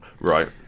Right